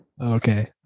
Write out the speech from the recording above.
Okay